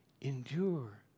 endure